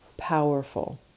powerful